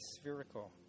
spherical